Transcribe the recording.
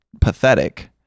pathetic